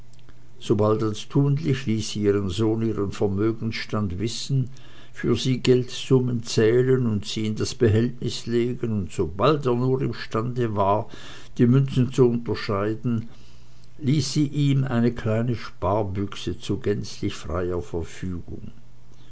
bald als tunlich ließ sie ihren sohn ihren vermögensstand mitwissen für sie geldsummen zählen und in das behältnis legen und sobald er mir imstande war die münzen zu unterscheiden ließ sie ihm eine kleine sparbüchse zu gänzlich freier verfügung